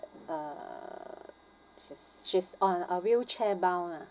uh she she's on a wheelchair bound ah